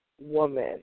woman